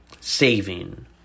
saving